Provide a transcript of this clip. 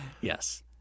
Yes